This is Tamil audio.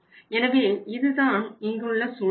எனவே இதுதான் இங்குள்ள சூழ்நிலை